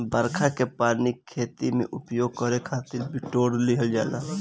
बरखा के पानी के खेती में उपयोग करे खातिर बिटोर लिहल जाला